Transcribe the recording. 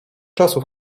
czasów